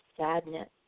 Sadness